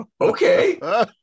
Okay